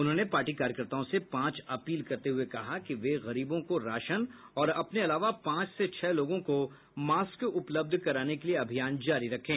उन्होंने पार्टी कार्यकर्ताओं से पांच अपील करते हुए कहा कि वे गरीबों को राशन और अपने अलावा पांच से छह लोगों को मास्क उपलब्ध कराने के लिए अभियान जारी रखें